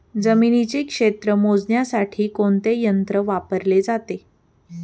जमिनीचे क्षेत्र मोजण्यासाठी कोणते यंत्र वापरले जाते?